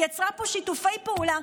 היא יצרה פה שיתופי פעולה.